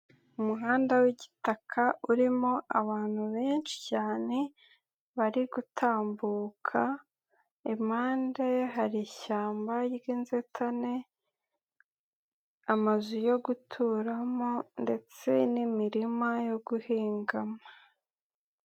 Umuhanda w'igitaka urimo abantu benshi cyane bari gutambuka, impande hari ishyamba ry'inzitane, amazu yo guturamo ndetse n'imirima yo guhingamo.